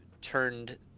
turned